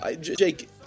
jake